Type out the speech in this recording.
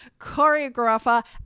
choreographer